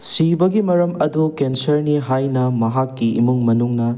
ꯁꯤꯕꯒꯤ ꯃꯔꯝ ꯑꯗꯨ ꯀꯦꯟꯁꯔꯅꯤ ꯍꯥꯏꯅ ꯃꯍꯥꯛꯀꯤ ꯏꯃꯨꯡ ꯃꯅꯨꯡꯅ ꯂꯥꯎꯊꯣꯛꯈꯤ